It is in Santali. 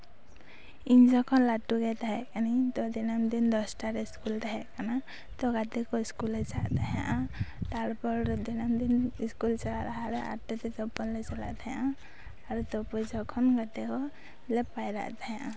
ᱤᱧ ᱡᱚᱠᱷᱚᱱ ᱞᱟᱹᱴᱩ ᱜᱮ ᱛᱟᱦᱮᱸᱠᱟᱱᱟ ᱛᱚ ᱫᱤᱱᱟᱹᱢ ᱫᱤᱱ ᱫᱚᱥᱴᱟ ᱨᱮ ᱤᱥᱠᱩᱞ ᱛᱟᱦᱮᱸᱠᱟᱱᱟ ᱛᱚ ᱜᱟᱛᱮ ᱠᱚ ᱤᱥᱠᱩᱞ ᱞᱮ ᱪᱟᱞᱟᱜ ᱛᱟᱦᱮᱸᱜᱼᱟ ᱛᱟᱨᱯᱚᱨ ᱫᱤᱱᱟᱹᱢ ᱫᱤᱱ ᱤᱥᱠᱩᱞ ᱪᱟᱞᱟᱜ ᱞᱟᱦᱟᱨᱮ ᱟᱴᱴᱟᱛᱮ ᱛᱩᱯᱩᱱ ᱞᱮ ᱪᱟᱞᱟᱜ ᱛᱟᱦᱮᱸᱱᱟ ᱟᱫᱚ ᱛᱩᱯᱩ ᱡᱚᱠᱷᱚᱱ ᱜᱟᱛᱮ ᱠᱚᱞᱮ ᱯᱟᱭᱨᱟᱜ ᱛᱟᱦᱮᱸᱜᱼᱟ